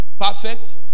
perfect